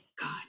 god